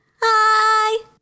Hi